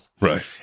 Right